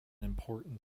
important